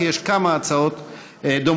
כי יש כמה הצעות דומות.